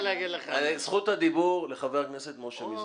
זכות הדיבור לחבר הכנסת משה מזרחי.